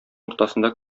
уртасында